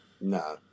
No